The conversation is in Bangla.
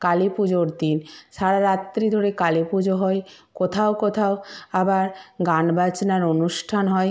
কালী পুজোর দিন সারা রাত্রি ধরে কালী পুজো হয় কোথাও কোথাও আবার গান বাজনার অনুষ্ঠান হয়